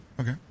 Okay